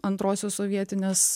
antrosios sovietinės